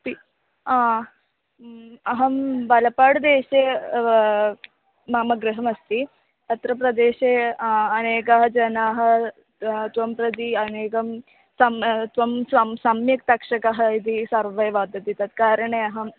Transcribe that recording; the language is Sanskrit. पि अहं बलपाड्देशे मम गृहमस्ति अत्र प्रदेशे अनेके जनाः त्वां प्रति अनेकं तं त्वं सं सम्यक् तक्षकः इति सर्वे वदन्ति तत्कारणे अहम्